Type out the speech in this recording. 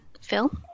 Phil